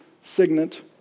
signet